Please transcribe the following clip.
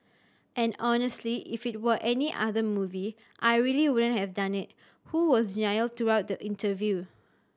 and honestly if it were any other movie I really wouldn't have done it who was genial throughout the interview